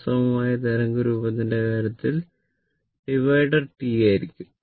അസമമായ തരംഗ രൂപത്തിന്റെ കാര്യത്തിൽ ഡിവൈസർ T ആയിരിക്കും